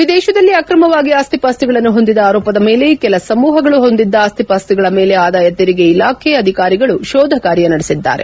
ವಿದೇಶದಲ್ಲಿ ಅಕ್ರಮವಾಗಿ ಆಸ್ತಿಪಾಸ್ತಿಗಳನ್ನು ಹೊಂದಿದ ಆರೋಪದ ಮೇಲೆ ಕೆಲ ಸಮೂಹಗಳು ಹೊಂದಿದ್ದ ಆಸ್ತಿ ಪಾಸ್ತಿಗಳ ಮೇಲೆ ಆದಾಯ ತೆರಿಗೆ ಇಲಾಖೆ ಅಧಿಕಾರಿಗಳು ಶೋಧ ಕಾರ್ಯ ನಡೆಸಿದ್ದಾರೆ